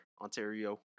Ontario